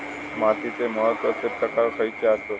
मातीचे महत्वाचे प्रकार खयचे आसत?